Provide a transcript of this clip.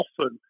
often